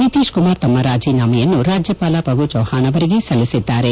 ನಿತೀಶ್ಕುಮಾರ್ ತಮ್ಮ ರಾಜೀನಾಮೆಯನ್ನು ರಾಜ್ಯಪಾಲ ಪಗು ಚೌಹೆಷ್ ಅವರಿಗೆ ಸಲ್ಲಿಸಿದ್ದಾರೆ